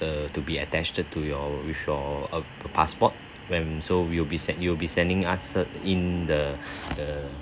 err to be attached to your with your err passport when so we will be send you'll be sending us in the the